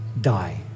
die